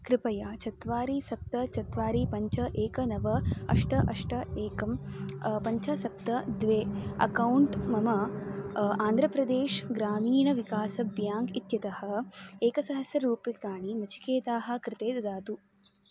कृपया चत्वारि सप्त चत्वारि पञ्च एकं नव अष्ट अष्ट एकं पञ्च सप्त द्वे अकौण्ट् मम आन्ध्रप्रदेश् ग्रामीणविकास ब्याङ्क् इत्यतः एकसहस्ररूप्यकाणि नचिकेताः कृते ददातु